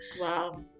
Wow